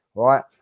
right